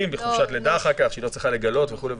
וחופשת לידה שהיא לא צריכה לגלות וכולי.